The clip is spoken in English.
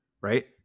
right